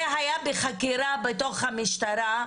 זה היה בחקירה בתוך המשטרה,